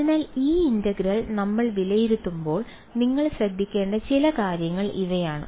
അതിനാൽ ഈ ഇന്റഗ്രൽ നമ്മൾ വിലയിരുത്തുമ്പോൾ നിങ്ങൾ ശ്രദ്ധിക്കേണ്ട ചില കാര്യങ്ങൾ ഇവയാണ്